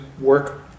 work